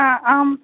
हा आम्